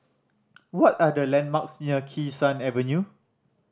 what are the landmarks near Kee Sun Avenue